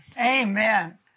Amen